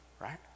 right